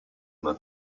una